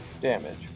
damage